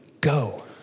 go